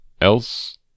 Else